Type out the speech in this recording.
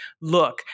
look